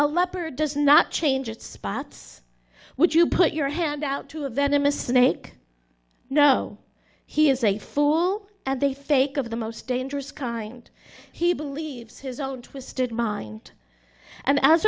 a leopard does not change its spots would you put your hand out to a venomous snake no he is a fool and they fake of the most dangerous kind he believes his own twisted mind and as